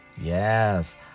Yes